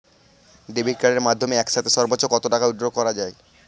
Debit কার্ডের মাধ্যমে একসাথে সর্ব্বোচ্চ কত টাকা উইথড্র করা য়ায়?